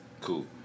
Cool